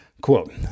Quote